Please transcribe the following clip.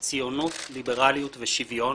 ציונות, ליברליות ושוויון.